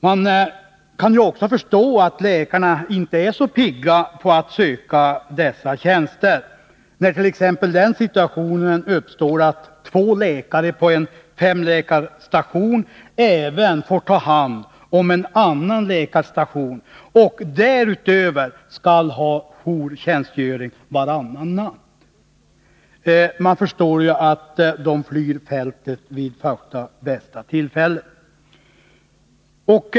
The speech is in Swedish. Man kan också förstå att läkarna inte är så pigga på att söka dessa tjänster, när t.ex. den situationen kan uppstå att två läkare på en femläkarstation även får ta hand om en annan läkarstation och därutöver skall ha jourtjänstgöring varannan natt. Man förstår att de flyr fältet vid första bästa tillfälle.